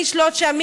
מי ישלוט שם?